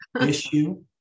issue